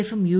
എഫും യു